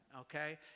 okay